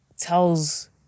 tells